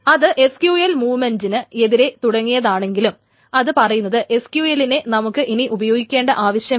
അത് SQL മൂവ്മെന്റിന് എതിരെ തുടങ്ങിയതാണെങ്കിലും അത് പറയുന്നത് SQLനെ നമുക്ക് ഇനി ഉപയോഗിക്കേണ്ട ആവശ്യമില്ല